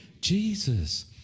Jesus